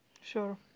Sure